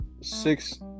six